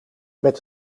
met